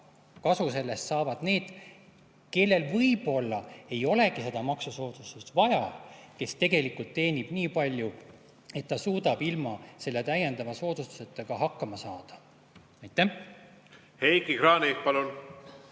kasu sellest saab see, kellel võib-olla ei olegi seda maksusoodustust vaja, kes tegelikult teenib nii palju, et ta suudab ilma selle täiendava soodustuseta hakkama saada. Heiki Kranich, palun!